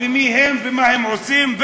מי הם ומה הם עושים,